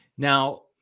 Now